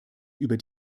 über